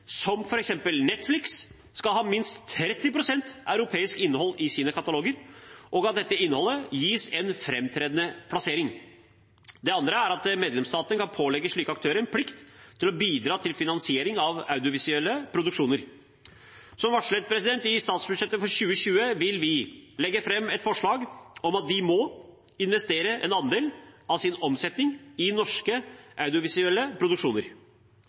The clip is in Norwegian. som f.eks. Netflix, skal ha minst 30 pst. europeisk innhold i sine kataloger, og at dette innholdet gis en framtredende plassering. Det andre er at medlemsstatene kan pålegge slike aktører en plikt til å bidra til finansiering av audiovisuelle produksjoner. Som varslet i statsbudsjettet for 2020, vil vi legge fram et forslag om at de må investere en andel av sin omsetning i norske audiovisuelle produksjoner.